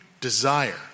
desire